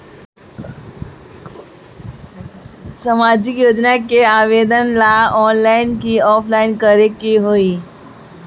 सामाजिक योजना के आवेदन ला ऑनलाइन कि ऑफलाइन करे के होई?